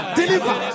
deliver